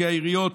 כי העיריות